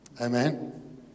Amen